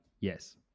Yes